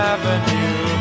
Avenue